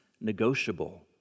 negotiable